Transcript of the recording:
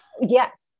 Yes